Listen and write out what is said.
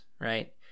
right